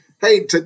hey